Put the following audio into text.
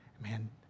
Man